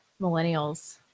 millennials